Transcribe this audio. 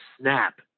snap